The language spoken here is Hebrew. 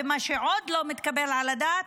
ומה שעוד לא מתקבל על הדעת,